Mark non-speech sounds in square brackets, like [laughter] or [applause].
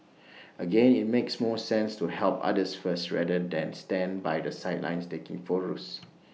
[noise] again IT makes more sense to help others first rather than stand by the sidelines taking photos